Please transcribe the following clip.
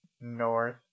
North